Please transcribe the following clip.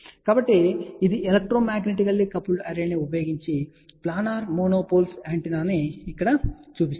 కాబట్టి ఇది electromagnetically coupled array ను ఉపయోగించి ప్లానర్ మోనోపుల్స్ యాంటెన్నాను ఇక్కడ చూపిస్తుంది